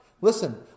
Listen